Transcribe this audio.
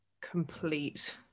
complete